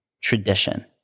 tradition